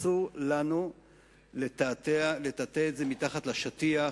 אסור לנו לטאטא את זה מתחת לשטיח,